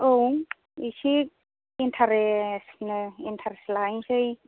औ एसे इन्टारेस्टनो इन्टारेस्ट लाहैनोसै